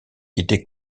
quitté